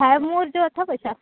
हैवमोर जो अथव छा